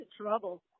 trouble